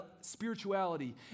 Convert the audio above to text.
spirituality